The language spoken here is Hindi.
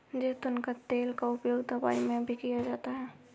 ज़ैतून का तेल का उपयोग दवाई में भी किया जाता है